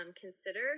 consider